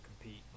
compete